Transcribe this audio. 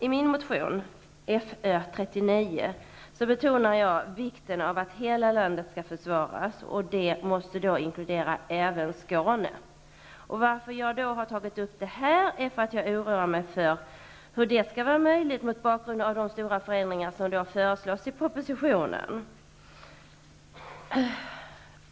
I min motion Fö39 betonar jag vikten av att hela landet skall försvaras. Det måste även inkludera Skåne. Jag har tagit upp detta därför att jag oroar mig för hur det skall vara möjligt mot bakgrund av de stora förändringar som föreslås i propositionen.